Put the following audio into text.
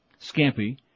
scampi